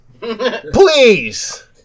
Please